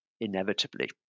inevitably